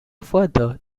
further